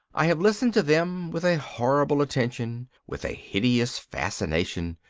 i have listened to them with a horrible attention, with a hideous fascination.